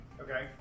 Okay